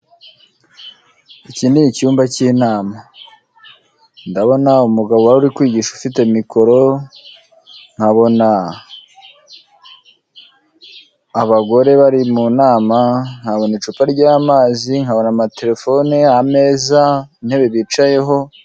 Iki ni icyumba cy'inama, ndabona umugabo uri kwigisha ufite mikoro, ndabona abagore bari mu nama ,nkabona icupa ry'amazi, nkabona ameza bicayeho.